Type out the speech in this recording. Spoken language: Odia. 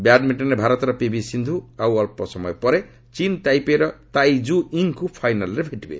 ବ୍ୟାଡମିଣ୍ଚନରେ ଭାରତର ପିଭି ସିନ୍ଧୁ ଆଉ ଅଳ୍ପ ସମୟ ପରେ ଚୀନ୍ ତାଇପେଇର ତାଇ କୁ ଇଙ୍ଗ୍ଙ୍କୁ ଫାଇନାଲ୍ରେ ଭେଟିବେ